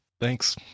Thanks